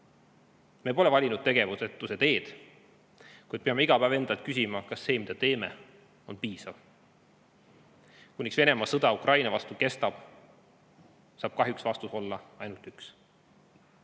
Me pole valinud tegevusetuse teed, kuid peame iga päev endalt küsima, kas see, mida teeme, on piisav. Kuni Venemaa sõda Ukraina vastu kestab, saab kahjuks vastus olla ainult üks: